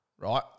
right